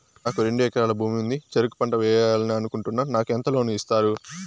నాకు రెండు ఎకరాల భూమి ఉంది, చెరుకు పంట వేయాలని అనుకుంటున్నా, నాకు ఎంత లోను ఇస్తారు?